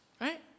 right